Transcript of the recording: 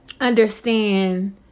understand